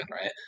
right